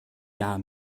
gar